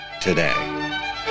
today